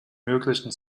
möglichen